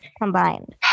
combined